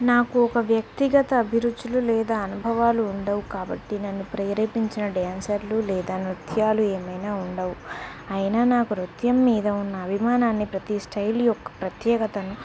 నాకు ఒక వ్యక్తిగత అభిరుచులు లేదా అనుభవాలు ఉండవు కాబట్టి నన్ను ప్రేరేపించిన డ్యాన్సర్లు లేదా నృత్యాలు ఏమీ ఉండవు అయినా నాకు నృత్యం మీద ఉన్న అభిమానాన్ని ప్రతీ స్టైల్ యొక్క ప్రత్యేకతను